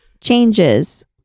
changes